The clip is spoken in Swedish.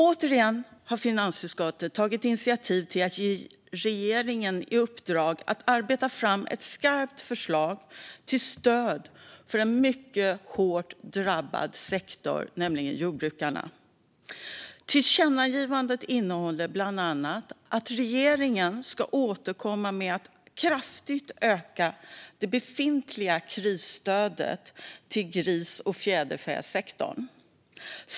Återigen har finansutskottet tagit initiativ till att riksdagen ska ge regeringen i uppdrag att arbeta fram ett skarpt förslag till stöd för en mycket hårt drabbad sektor: jordbrukarna. Enligt tillkännagivandet som vi föreslår ska regeringen bland annat återkomma med att kraftigt öka det befintliga krisstödet till gris och fjäderfäsektorn.